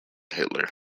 hitler